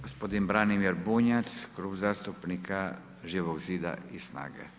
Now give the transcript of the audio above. Gospodin Branimir Bunjac, Klub zastupnika Živog zida i SNAGA-e.